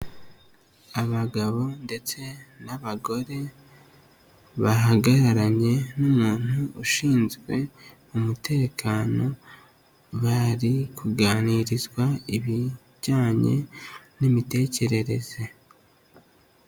Abagabo ndetse n'abagore, bahagararanye n'umuntu, ushinzwe umutekano, bari kuganirizwa ibijyanye, n'imitekerereze.